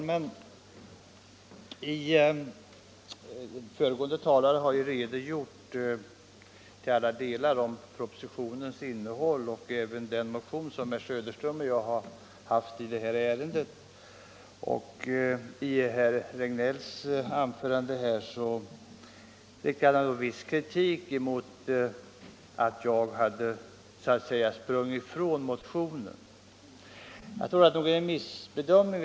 Herr talman! Föregående talare har till alla delar redogjort för propositionens innehåll och även för den motion som herr Söderström och jag väckt i det här ärendet. Herr Regnéll riktade en viss kritik mot att jag så att säga hade sprungit ifrån motionen. Jag tror att det är en missbedömning.